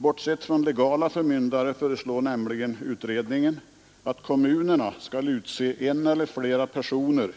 Bortsett från legala förmyndare föreslår nämligen utredningen att kommunerna skall utse en eller flera personer,